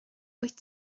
wyt